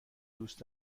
دوست